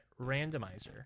randomizer